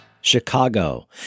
Chicago